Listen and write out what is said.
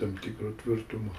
tam tikro tvirtumo